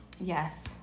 yes